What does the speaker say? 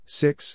six